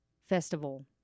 festival